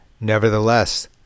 Nevertheless